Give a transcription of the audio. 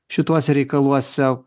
šituose reikaluose